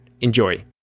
Enjoy